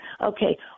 Okay